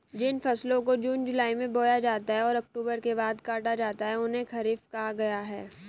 जिन फसलों को जून जुलाई में बोया जाता है और अक्टूबर के बाद काटा जाता है उन्हें खरीफ कहा गया है